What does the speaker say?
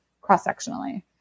cross-sectionally